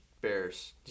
Bears